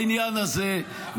-- בעניין הזה,